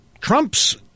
Trump's